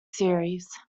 series